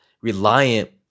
reliant